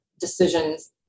decisions